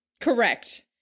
Correct